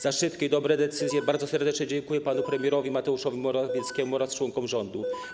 Za szybkie i dobre decyzje bardzo serdecznie dziękuję panu premierowi Mateuszowi Morawieckiemu oraz członkom rządu.